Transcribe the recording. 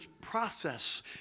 process